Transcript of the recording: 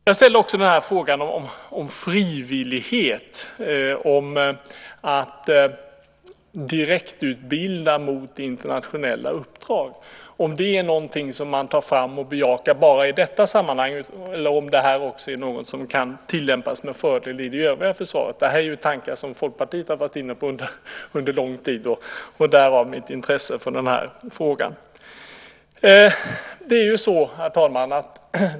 Jag ställde också frågan om frivillighet, om att direktutbilda mot internationella uppdrag, om det är någonting som man tar fram och bejakar bara i detta sammanhang eller om det också är någonting som kan tillämpas med fördel i det övriga försvaret. Det är tankar som Folkpartiet har varit inne på under lång tid - därav mitt intresse för den här frågan. Herr talman!